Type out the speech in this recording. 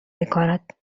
میکند